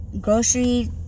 grocery